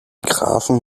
grafen